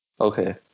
Okay